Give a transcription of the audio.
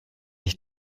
ich